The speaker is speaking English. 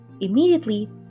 immediately